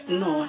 no